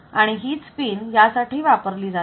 आणि हीच पिन यासाठी वापरली जाते